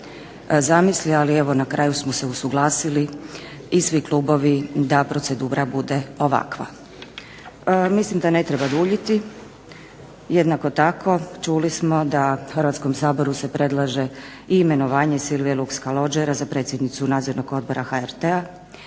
ali evo na kraju smo se usuglasili i svi klubovi da procedura bude ovakva. Mislim da ne treba duljiti. Jednako tako čuli smo da se Hrvatskom saboru predlaže i imenovanje Sivije Luks Kalođera za predsjednicu Nadzornog odbora HRT-a